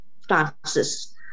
Francis